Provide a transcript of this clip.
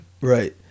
Right